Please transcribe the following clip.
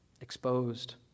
exposed